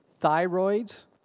thyroids